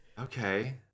okay